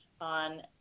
on